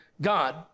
God